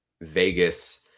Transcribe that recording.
Vegas